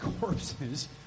corpses